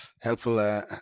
helpful